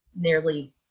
nearly